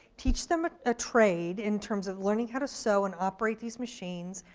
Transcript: teach them a trade in terms of learning how to sew and operate these machines,